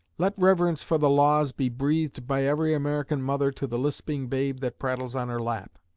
let reverence for the laws be breathed by every american mother to the lisping babe that prattles on her lap.